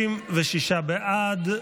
36 בעד,